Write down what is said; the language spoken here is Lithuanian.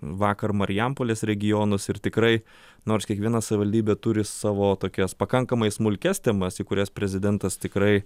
vakar marijampolės regionus ir tikrai nors kiekviena savivaldybė turi savo tokias pakankamai smulkias temas į kurias prezidentas tikrai